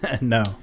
No